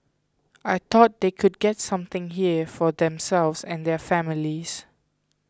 I thought they could get something here for themselves and their families